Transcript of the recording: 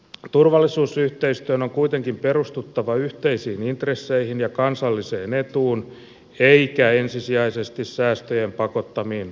turvallisuusyhteistyön on kuitenkin perustuttava yhteisiin intresseihin ja kansalliseen etuun eikä ensisijaisesti säästöjen pakottamiin raameihin